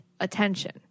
attention